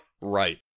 Right